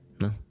No